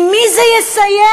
למי זה יסייע?